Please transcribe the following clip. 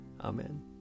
Amen